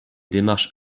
démarches